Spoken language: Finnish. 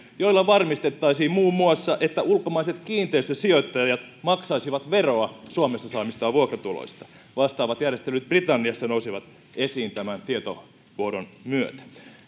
joilla varmistettaisiin muun muassa että ulkomaiset kiinteistösijoittajat maksaisivat veroa suomessa saamistaan vuokratuloista vastaavat järjestelyt britanniassa nousivat esiin tämän tietovuodon myötä